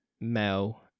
Mel